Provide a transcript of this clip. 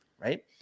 Right